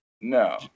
No